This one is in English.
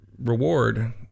Reward